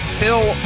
Phil